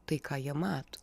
tai ką jie mato